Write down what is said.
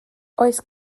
oes